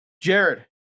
jared